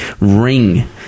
ring